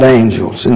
angels